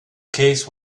case